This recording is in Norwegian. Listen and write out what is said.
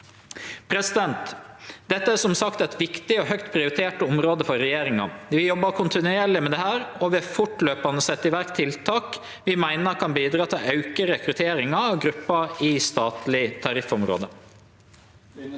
Dette er som sagt eit viktig og høgt prioritert område for regjeringa. Vi jobbar kontinuerleg med det, og vi har fortløpande sett i verk tiltak vi meiner kan bidra til å auke rekrutteringa av gruppa i statleg tariffområde.